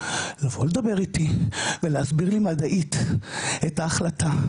שיבוא לדבר איתי ולהסביר לי מדעית את ההחלטה,